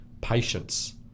Patience